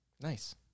Nice